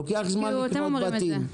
לוקח זמן לקנות בתים.